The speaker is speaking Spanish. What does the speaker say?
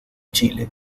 chile